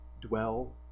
dwell